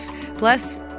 Plus